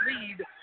lead